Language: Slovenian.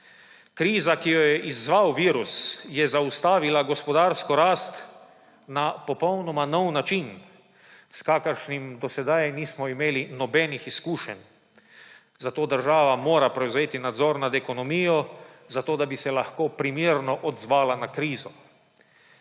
Kriza, ki jo je izzval virus, je zaustavila gospodarsko rast na popolnoma nov način, s kakršnim do sedaj nismo imeli nobenih izkušenj, zato država mora prevzeti nadzor nad ekonomijo, zato da bi se lahko primerno odzvala na krizo.